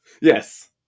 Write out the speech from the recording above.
Yes